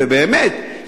ובאמת,